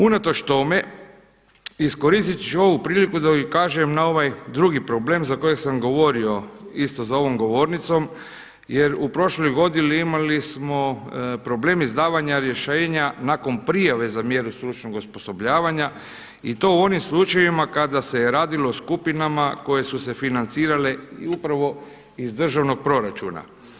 Unatoč tome iskoristit ću ovu priliku da ukažem na ovaj drugi problem za kojeg sam govorio isto za ovom govornicom jer u prošloj godini imali smo problem izdavanja rješenja nakon prijave za mjeru stručnog osposobljavanja i to u onim slučajevima kada se radilo o skupinama koje su se financirale upravo iz državnog proračuna.